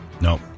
no